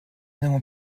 n’avons